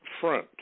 front